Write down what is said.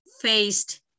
faced